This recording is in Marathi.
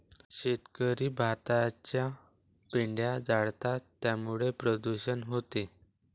शेतकरी भाताचा पेंढा जाळतात त्यामुळे प्रदूषण होते